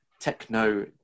techno